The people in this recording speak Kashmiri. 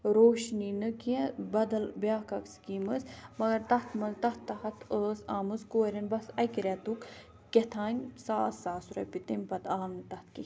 روشنی نہٕ کیٚنٛہہ بَدَل بیاکھ اَکھ سِکیٖم ٲسۍ مگر تَتھ منٛز تَتھ تحت ٲس آمٕژ کوریٚن بَس اَکہِ ریٚتُک کیٛتھانۍ ساس ساس رۄپیہِ تمہِ پَتہٕ آو نہٕ تَتھ کِہیٖنۍ